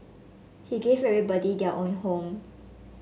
he gave everybody their own home